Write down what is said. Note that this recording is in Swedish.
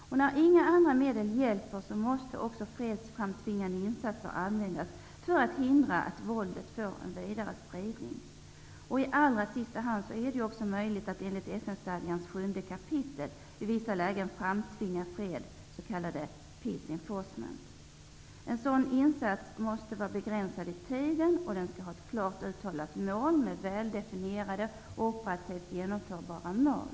När inga andra medel hjälper måste också fredsframtvingande insatser användas för att hindra att våldet får en vidare spridning. I allra sista hand är det också möjligt att enligt FN peace enforcement. En sådan insats måste vara begränsad i tiden och den skall ha ett klart uttalat mål med väldefinierade och operativt genomförbara mål.